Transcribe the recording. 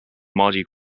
mardi